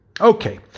Okay